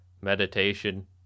meditation